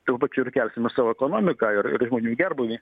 tuo pačiu ir kelsime savo ekonomiką ir ir žmonių gerbūvį